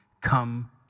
come